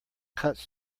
cuts